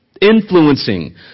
influencing